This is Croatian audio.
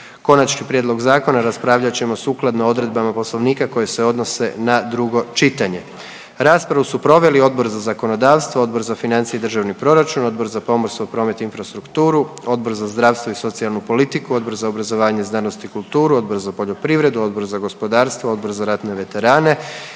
Konačni prijedlog zakona raspravljat ćemo sukladno odredbama Poslovnika koje se odnose na drugo čitanje. Raspravu su proveli Odbor za zakonodavstvo, Odbor za financije i državni proračun, Odbor za pomorstvo, promet i infrastrukturu, Odbor za zdravstvo i socijalnu politiku, Odbor za obrazovanje, znanost i kulturu, Odbor za poljoprivredu, Odbor za gospodarstvo, Odbor za ratne veterane i Odbor za lokalnu